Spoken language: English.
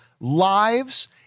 lives